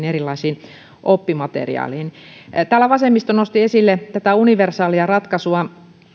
erilaisiin oppimateriaaleihin täällä vasemmisto nosti esille tätä universaalia ratkaisua